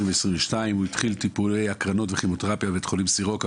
הוא התחיל טיפולי הקרנות וכימותרפיה בבית החולים סורוקה